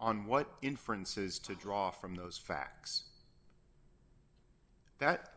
on what inferences to draw from those facts that